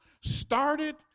started